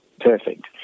perfect